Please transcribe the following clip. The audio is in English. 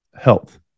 health